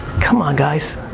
come on, guys.